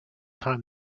time